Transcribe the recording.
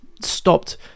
stopped